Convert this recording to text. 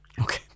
Okay